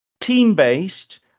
team-based